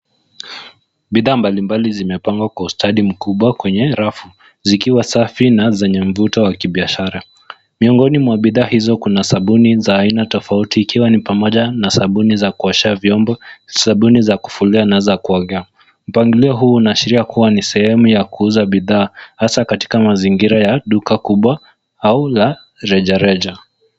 Bidhaa mbalimbali zimepangwa kwa ustadhi mkubwa kwenye rafu zikiwa safi na zenye mvuto wa kibiashara. Miongoni mwa bidhaa hizo kuna sabuni za aina tofauti ikiwa ni pamoja na sabuni za kuoshea vyombo, sabuni za kufulia na za kuogea. Mpangilio huu unaashiria kuwa ni sehemu ya kuuza bidhaa hasa katika mazingira ya duka kubwa au la rejareja.